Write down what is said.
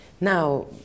Now